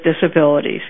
disabilities